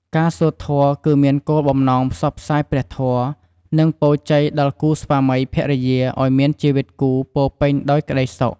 ការសូត្រធម៌គឺមានគោលបំណងផ្សព្វផ្សាយព្រះធម៌ និងពរជ័យដល់គូស្វាមីភរិយាឲ្យមានជីវិតគូពោរពេញដោយក្ដីសុខ។